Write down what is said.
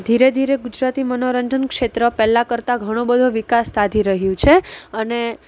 ધીરે ધીરે ગુજરાતી મનોરંજન ક્ષેત્ર પેલા કરતાં ઘણો બધો વિકાસ સાધી રહ્યું છે અને